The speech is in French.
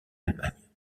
allemagne